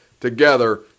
together